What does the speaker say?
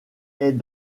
est